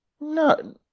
No